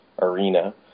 arena